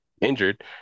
injured